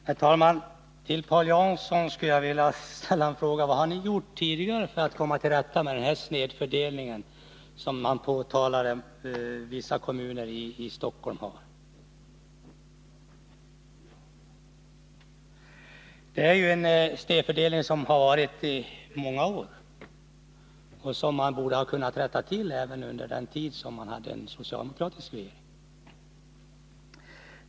Herr talman! Till Paul Jansson skulle jag vilja ställa frågan: Vad har ni gjort tidigare för att komma till rätta med den här snedfördelningen, som ni säger att vissa kommuner i Stockholms län har drabbats av? Det är ju en snedfördelning som förekommit i många år och som man borde ha kunnat rätta till under den tid som vi hade en socialdemokratisk regering.